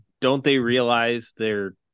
don't-they-realize-they're